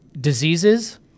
diseases